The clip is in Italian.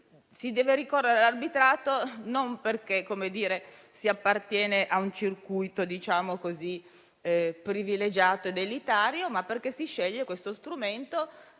Si deve ricorrere all'arbitrato, non perché si appartiene a un circuito privilegiato ed elitario, ma perché si sceglie questo strumento